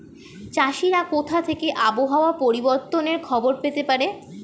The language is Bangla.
চাষিরা কোথা থেকে আবহাওয়া পরিবর্তনের খবর পেতে পারে?